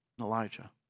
Elijah